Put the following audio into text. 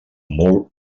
molt